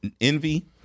envy